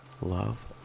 Love